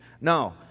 No